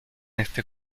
este